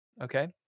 okay